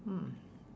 hmm